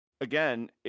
again